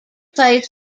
plays